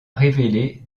révéler